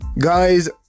Guys